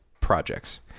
projects